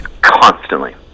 Constantly